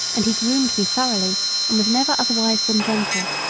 and he groomed me thoroughly and was never otherwise than gentle.